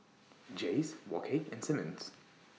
Jays Wok Hey and Simmons